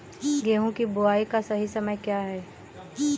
गेहूँ की बुआई का सही समय क्या है?